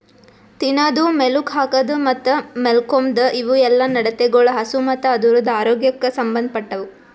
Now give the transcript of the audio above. ತಿನದು, ಮೇಲುಕ್ ಹಾಕದ್ ಮತ್ತ್ ಮಾಲ್ಕೋಮ್ದ್ ಇವುಯೆಲ್ಲ ನಡತೆಗೊಳ್ ಹಸು ಮತ್ತ್ ಅದುರದ್ ಆರೋಗ್ಯಕ್ ಸಂಬಂದ್ ಪಟ್ಟವು